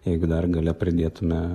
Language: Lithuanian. jeigu dar gale pridėtume